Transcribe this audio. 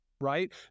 right